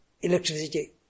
electricity